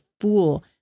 fool